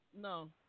No